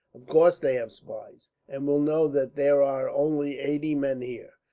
of course they have spies, and will know that there are only eighty men here,